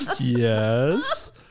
yes